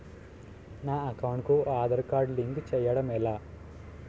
నా అకౌంట్ కు Aadhaar card link చేయడం ఎలా?